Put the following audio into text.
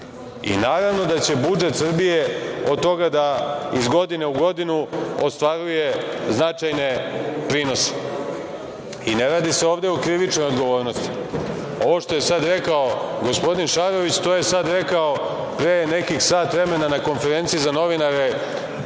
75%.Naravno da će budžet Srbije od toga da, iz godine u godinu, ostvaruje značajne prinose. Ne radi se ovde o krivičnoj odgovornosti. Ovo što je sada rekao gospodin Šarović, to je sada rekao, pre nekih sat vremena na konferenciji za novinare,